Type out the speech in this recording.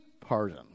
pardon